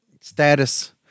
status